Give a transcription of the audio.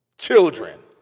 children